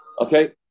Okay